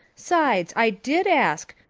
sides, i did ask,